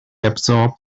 absorbed